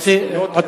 שללא-יהודי,